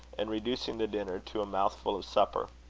and reducing the dinner to a mouthful of supper.